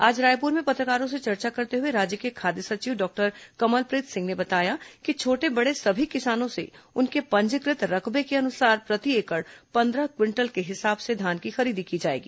आज रायपुर में पत्रकारों से चर्चा करते हुए राज्य के खाद्य सचिव डॉक्टर कमलप्रीत सिंह ने बताया कि छोटे बड़े सभी किसानों से उनके पंजीकृत रकबे के अनुसार प्रति एकड़ पंद्रह क्विंटल के हिसाब से धान की खरीदी की जाएगी